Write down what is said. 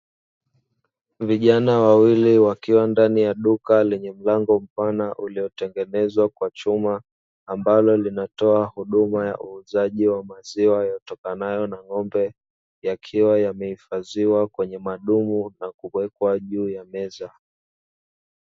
Vijana wawili wakiwa ndani ya duka lenye mlango mpana uliotengenezwa kwa chuma, ambalo linatoa huduma ya uuzaji wa maziwa yatokanayo na ng'ombe yakiwa yamehifadhiwa kwenye madumu na kuwekwa juu ya meza.